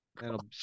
that'll